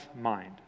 mind